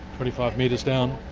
twenty-five metres down.